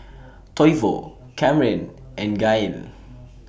Toivo Camren and Gael